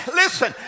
listen